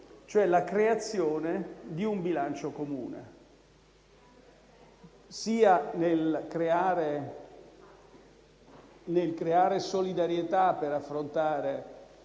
cioè la creazione di un bilancio comune, sia nel creare solidarietà per affrontare